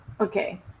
Okay